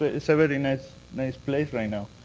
it's a very nice nice place right now.